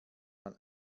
man